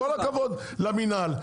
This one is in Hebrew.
עם כל הכבוד למינהל,